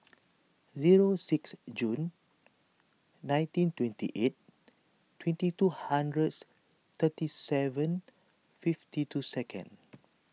zero six June nineteen twenty eight twenty two hundreds thirty seven fifty two seconds